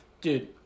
Dude